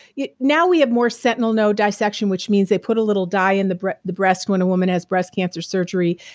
yeah now we have more sentinel node dissection which means they put a little dye in the breast the breast when a woman has breast cancer surgery.